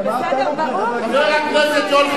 במה אתה מומחה, חבר הכנסת אקוניס?